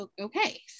okay